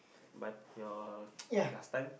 my your last time